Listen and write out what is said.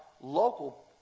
local